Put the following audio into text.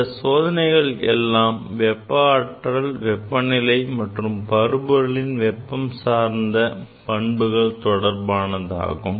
இந்த சோதனைகள் எல்லாம் வெப்ப ஆற்றல் வெப்பநிலை மற்றும் பருப்பொருளின் வெப்பம் சார்ந்த பண்புகள் தொடர்பானதாகும்